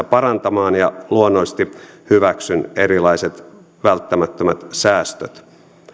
parantamaan ja luonnollisesti hyväksyn erilaiset välttämättömät säästöt